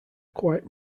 quite